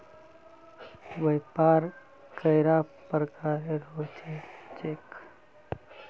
व्यापार कैडा प्रकारेर होबे चेक?